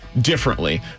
Differently